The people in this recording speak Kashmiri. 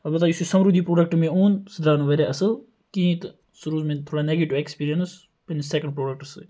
اَلبَتہ یُس یہِ سَمرُدی پروڈَکٹہٕ مےٚ اوٚن سُہ درٛاو نہٕ واریاہ اصل کِہیٖنۍ تہٕ سُہ روٗز مےٚ تھوڑا نیٚگیٹِو ایٚکسپیٖریَنس یعنے سیٚکَنٛڈ پروڈَکٹَس سۭتۍ